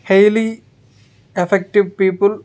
highly effective people